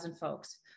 folks